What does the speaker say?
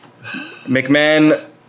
McMahon